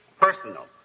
personal